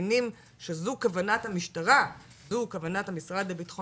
מבינים שזו כוונת המשטרה וזו כוונת המשרד לביטחון